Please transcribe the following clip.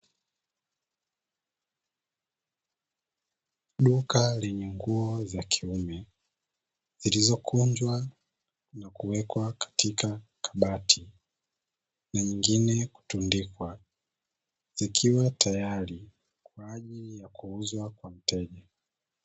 Duka lenye nguo za kiume zilizokunjwa na kuwekwa katika kabati na nyingine kutundikwa zikiwa tayari kwa ajili ya kuuzwa kwa mteja.